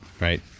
right